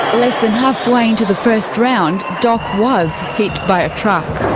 less than halfway into the first round, doc was hit by a truck.